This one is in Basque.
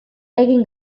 egin